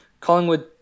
Collingwood